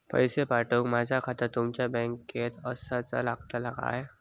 पैसे पाठुक माझा खाता तुमच्या बँकेत आसाचा लागताला काय?